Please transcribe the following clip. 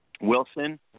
Wilson